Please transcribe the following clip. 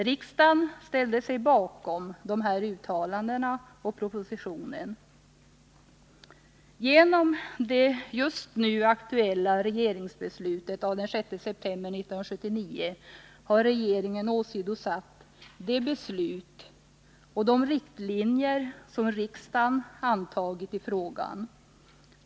Riksdagen ställde sig bakom dessa uttalanden och propositionen. Genom det just nu aktuella regeringsbeslutet av den 6 september 1979 har regeringen åsidosatt de beslut och de riktlinjer som riksdagen har antagit i frågan.